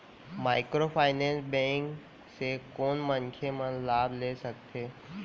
Microfinance bank से कोन मनखे मन लाभ ले सकथे?